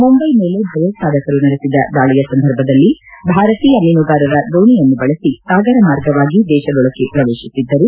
ಮುಂಬೈ ಮೇಲೆ ಭಯೋತ್ಪಾದಕರು ನಡೆಸಿದ ದಾಳಿಯ ಸಂದರ್ಭದಲ್ಲಿ ಭಾರತೀಯ ಮೀನುಗಾರರ ದೋಣಿಯನ್ನು ಬಳಸಿ ಸಾಗರ ಮಾರ್ಗವಾಗಿ ದೇಶದೊಳಕ್ಕೆ ಶ್ರವೇಶಿಸಿದ್ದರು